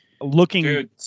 looking